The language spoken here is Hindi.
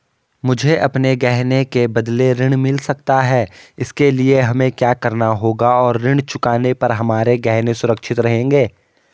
मुझे अपने गहने के बदलें ऋण मिल सकता है इसके लिए हमें क्या करना होगा और ऋण चुकाने पर हमारे गहने सुरक्षित रहेंगे?